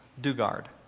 Dugard